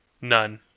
None